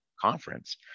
conference